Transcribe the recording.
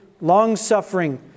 long-suffering